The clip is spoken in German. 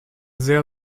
sehr